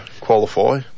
qualify